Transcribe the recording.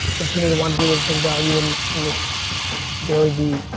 continue to want to do is bring value in in this dailyvee